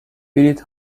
بلیط